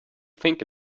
think